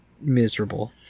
miserable